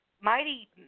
mighty